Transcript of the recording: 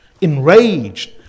enraged